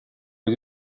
või